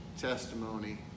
Testimony